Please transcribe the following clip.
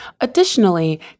Additionally